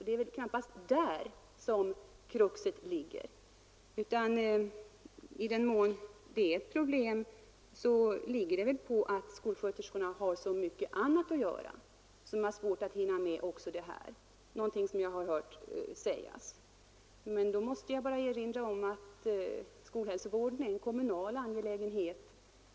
Det är alltså knappast här kruxet ligger. I den mån det finns ett problem, ligger det väl i att skolsköterskorna har så mycket annat att göra att de har svårt att hinna med också den här verksamheten — någonting som jag hört sägas. Jag måste emellertid erinra om att skolhälsovården är en kommunal angelägenhet.